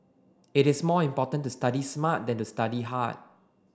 it is more important to study smart than to study hard